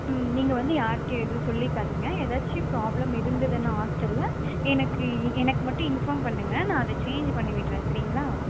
ம் நீங்கள் வந்து யாருட்டேயும் எதுவும் சொல்லிக்காதிங்க எதாச்சு ப்ராப்ளம் இருந்ததுன்னா ஹாஸ்ட்டலில் எனக்கு எனக்கு மட்டும் இன்ஃபார்ம் பண்ணுங்கள் நான் அதை சேஞ்சு பண்ணி விடுறேன் செரிங்களா